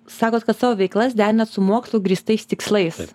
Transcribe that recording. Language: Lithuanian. sakot kad savo veiklas derinat su mokslu grįstais tikslais